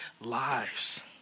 lives